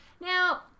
Now